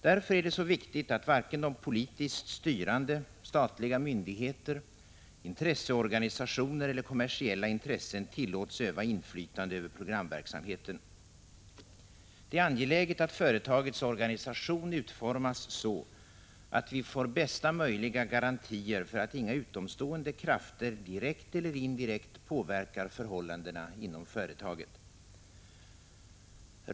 Därför är det så viktigt att varken de politiskt styrande, statliga myndigheter, intresseorganisationer eller kommersiella intressen tillåts öva inflytande på programverksamheten. Det är angeläget att företagets organisation utformas så, att vi får bästa möjliga garantier för att inga utomstående krafter direkt eller indirekt påverkar förhållandena inom företaget.